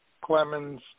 Clemens